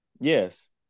Yes